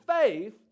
faith